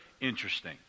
interesting